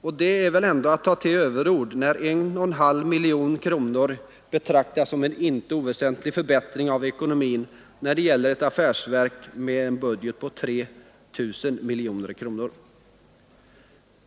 Det är väl att ta till överord när 1,5 miljoner kronor betraktas som en inte oväsentlig förbättring av ekonomin när det gäller ett affärsverk med en budget på 3 000 miljoner kronor.